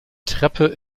treppe